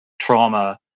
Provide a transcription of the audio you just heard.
trauma